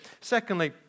Secondly